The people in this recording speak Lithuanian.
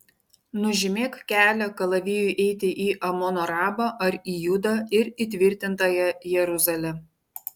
nužymėk kelią kalavijui eiti į amono rabą ar į judą ir įtvirtintąją jeruzalę